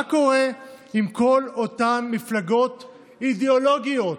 מה קורה עם כל אותן מפלגות אידיאולוגיות?